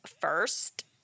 first